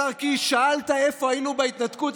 השר קיש, שאלת איפה היינו בהתנתקות.